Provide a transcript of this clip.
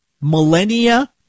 millennia